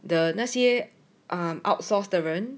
the 那些 um outsource 的人